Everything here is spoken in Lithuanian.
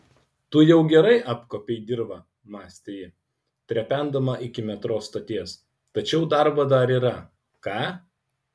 tu jau gerai apkuopei dirvą mąstė ji trependama iki metro stoties tačiau darbo dar yra ką